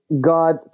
god